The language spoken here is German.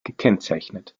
gekennzeichnet